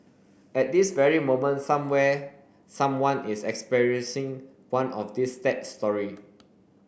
at this very moment somewhere someone is experiencing one of these sad story